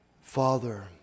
Father